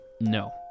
No